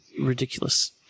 ridiculous